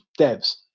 devs